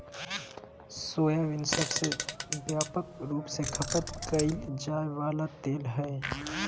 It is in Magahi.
सोयाबीन सबसे व्यापक रूप से खपत कइल जा वला तेल हइ